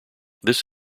this